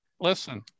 listen